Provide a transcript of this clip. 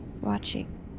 watching